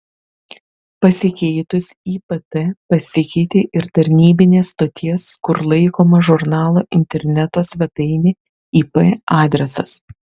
pasikeitus ipt pasikeitė ir tarnybinės stoties kur laikoma žurnalo interneto svetainė ip adresas